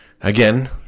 Again